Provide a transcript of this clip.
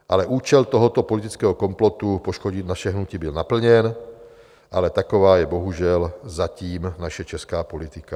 Ale účel tohoto politického komplotu poškodit naše hnutí byl naplněn, ale taková je bohužel zatím naše česká politika.